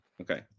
Okay